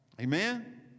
Amen